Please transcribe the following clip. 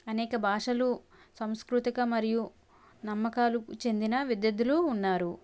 అనేక భాషలు సంస్కృతిక మరియు నమ్మకాలకు చెందిన విద్యార్థులు ఉన్నారు